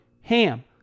HAM